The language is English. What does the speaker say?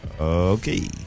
Okay